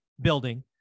building